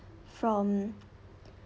from